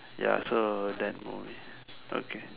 ya so that movie okay